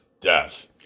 Death